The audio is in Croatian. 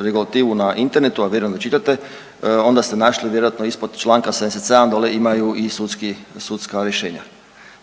regulativu na internetu, a vjerujem da čitate, onda ste našli vjerojatno ispod čl. 77 dole imaju i sudski, sudska rješenja.